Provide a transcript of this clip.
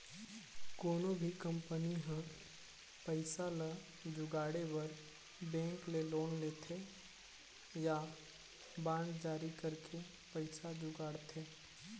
कोनो भी कंपनी ह पइसा ल जुगाड़े बर बेंक ले लोन लेथे या बांड जारी करके पइसा जुगाड़थे